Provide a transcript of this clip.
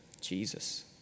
Jesus